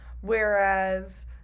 Whereas